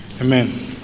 Amen